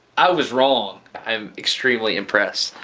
i was wrong. i'm extremely impressed.